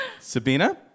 Sabina